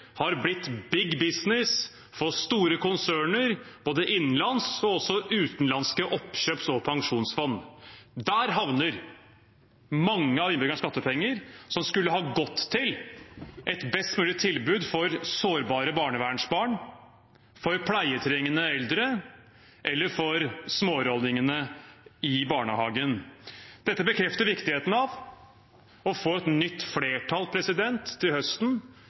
har blitt «big business» for store konserner innenlands og også for utenlandske oppkjøps- og pensjonsfond. Der havner mange av innbyggernes skattepenger, som skulle ha gått til et best mulig tilbud for sårbare barnevernsbarn, pleietrengende eldre eller smårollingene i barnehagen. Dette bekrefter viktigheten av å få et nytt flertall til høsten